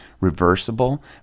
reversible